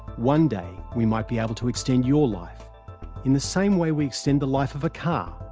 one day we might be able to extend your life in the same way we extend the life of a car,